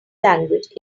language